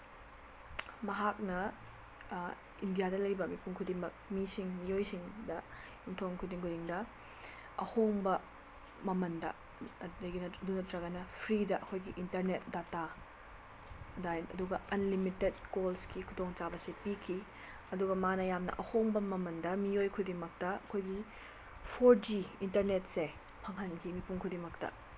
ꯃꯍꯥꯛꯅ ꯏꯟꯗꯤꯌꯥꯗ ꯂꯩꯔꯤꯕ ꯃꯤꯄꯨꯝ ꯈꯨꯗꯤꯡꯃꯛ ꯃꯤꯁꯤꯡ ꯃꯤꯑꯣꯏꯁꯤꯡꯗ ꯌꯨꯝꯊꯣꯡ ꯈꯨꯗꯤꯡ ꯈꯨꯗꯤꯡꯗ ꯑꯍꯣꯡꯕ ꯃꯃꯜꯗ ꯑꯗꯨꯗꯒꯤ ꯑꯗꯨ ꯅꯠꯇ꯭ꯔꯒꯅ ꯐ꯭ꯔꯤꯗ ꯑꯩꯈꯣꯏꯒꯤ ꯏꯟꯇꯔꯅꯦꯠ ꯗꯇꯥ ꯑꯗꯨꯒ ꯑꯟꯂꯤꯃꯤꯇꯦꯠ ꯀꯣꯜꯁꯀꯤ ꯈꯨꯗꯣꯡꯆꯥꯕꯁꯤ ꯄꯤꯈꯤ ꯑꯗꯨꯒ ꯃꯥꯅ ꯌꯥꯝꯅ ꯑꯍꯣꯡꯕ ꯃꯃꯟꯗ ꯃꯤꯑꯣꯏ ꯈꯨꯗꯤꯡꯃꯛꯇ ꯑꯩꯈꯣꯏꯒꯤ ꯐꯣꯔ ꯖꯤ ꯏꯟꯇꯔꯅꯦꯠꯁꯦ ꯐꯪꯍꯟꯈꯤ ꯃꯤꯄꯨꯝ ꯈꯨꯗꯤꯡꯃꯛꯇ